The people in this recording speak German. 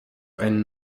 einen